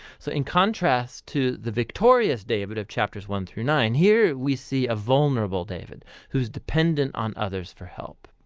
so in contrast to the victorious david of chapters one through nine, here we see a vulnerable david, who is dependent on others for help.